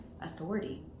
authority